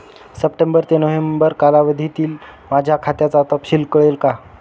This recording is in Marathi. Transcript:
सप्टेंबर ते नोव्हेंबर या कालावधीतील माझ्या खात्याचा तपशील कळेल का?